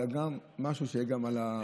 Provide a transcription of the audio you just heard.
אלא גם על מה שיהיה בעתיד.